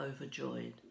overjoyed